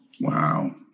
Wow